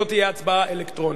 זו תהיה הצבעה אלקטרונית.